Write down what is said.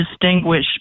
distinguish